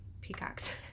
peacocks